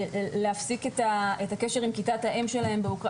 להפסיק את הקשר עם כיתת האם שלהם באוקראינה.